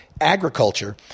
agriculture